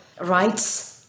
rights